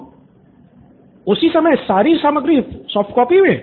student 4 उसी समय सारी सामग्री सॉफ्टकॉपी में